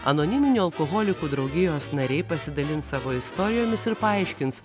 anoniminių alkoholikų draugijos nariai pasidalins savo istorijomis ir paaiškins